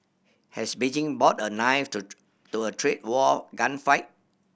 has Beijing brought a knife to to a trade war gunfight